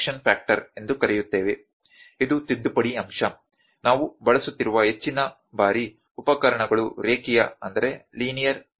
ಇದು ತಿದ್ದುಪಡಿ ಅಂಶ ನಾವು ಬಳಸುತ್ತಿರುವ ಹೆಚ್ಚಿನ ಬಾರಿ ಉಪಕರಣಗಳು ರೇಖೀಯ ಸ್ವರೂಪದಲ್ಲಿರುತ್ತವೆ